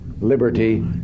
liberty